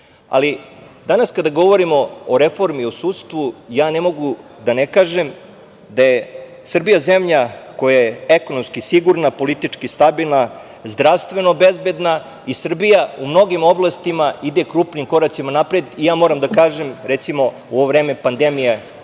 reformi. Danas kada govorimo o reformi u sudstvu, ja ne mogu da ne kažem da je Srbija zemlja koja je ekonomski sigurna, politički stabilna, zdravstveno bezbedna i Srbija u mnogim oblastima ide krupni koracima napred i, recimo, u ovo vreme pandemije